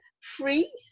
free